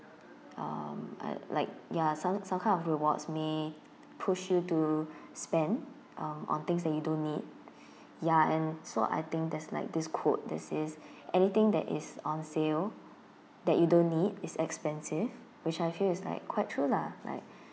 um uh like ya some some kind of rewards me push you to spend um on things that you don't need ya and so I think that's like this coat this is anything that is on sale that you know don't need is expensive which I feel is like quite true lah like